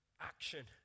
action